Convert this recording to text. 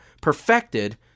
perfected